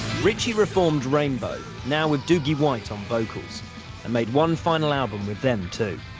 ritchie reformed rainbow, now with dougie white on vocals and made one final album with them too,